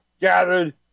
gathered